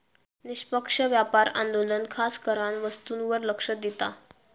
निष्पक्ष व्यापार आंदोलन खासकरान वस्तूंवर लक्ष देता